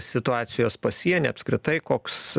situacijos pasieny apskritai koks